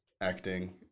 acting